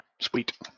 Sweet